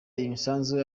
imisanzu